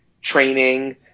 training